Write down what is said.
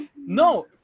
no